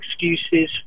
excuses